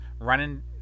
running